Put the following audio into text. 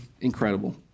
Incredible